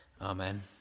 Amen